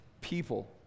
people